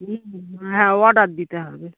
হুম হুম হ্যাঁ অর্ডার দিতে হবে